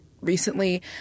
recently